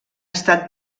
estat